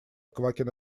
квакин